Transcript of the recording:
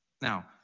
Now